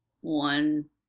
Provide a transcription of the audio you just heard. one